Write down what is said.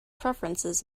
preferences